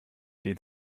den